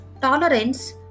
tolerance